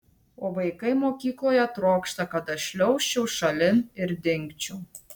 o vaikai mokykloje trokšta kad aš šliaužčiau šalin ir dingčiau